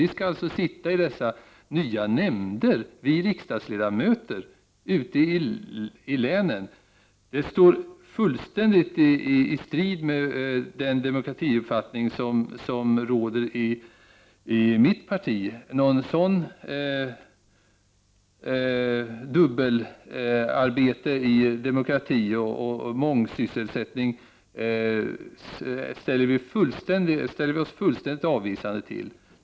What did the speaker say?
Vi riksdagsledamöter skall alltså sitta i de nya nämnderna ute i länen. Det står fullständigt i strid med den demokratiuppfattning som råder i mitt parti. Ett sådant dubbelarbete och mångsyssleri när det gäller demokrati ställer vi oss helt avvisande till.